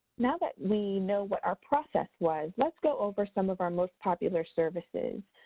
now that we know what our process was, let's go over some of our most popular services.